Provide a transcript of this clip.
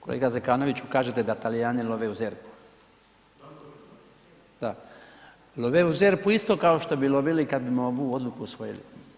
Kolega Zekanoviću, kažete da Talijani love u ZERP-u, da love u ZERP-u isto kao što bi lovili i kad bimo ovu odluku usvojili.